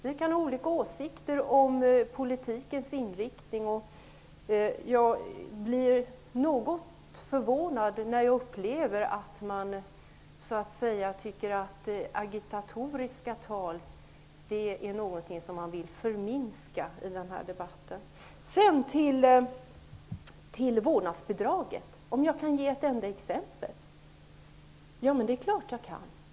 Vi kan ha olika åsikter om politikens inriktning, men jag blir något förvånad när jag upplever det som att man tycker att agitatoriska tal är något som bör förminskas i debatten. När det gäller vårdnadsbidraget fick jag frågan om jag kunde ge ett enda exempel. Det är klart att jag kan!